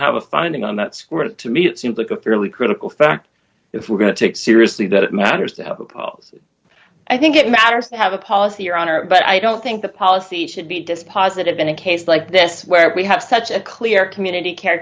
have a finding on that score to me it seems like a fairly critical fact if we're going to take seriously that it matters to him because i think it matters to have a policy your honor but i don't think the policy should be dispositive in a case like this where we have such a clear community care